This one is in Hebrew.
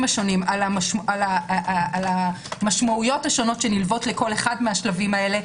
השונים על המשמעויות השונות שנלוות לכל אחד מהשלבים האלה,